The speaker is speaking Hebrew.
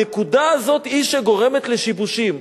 הנקודה הזאת היא שגורמת לשיבושים.